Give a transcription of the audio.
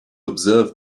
observe